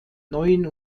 neuen